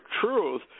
truth